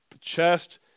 chest